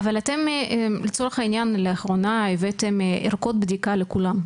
אבל אתם לצורך העניין לאחרונה הבאתם ערכות בדיקה לכולם,